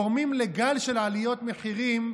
גורמים לגל של עליות מחירים,